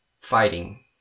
fighting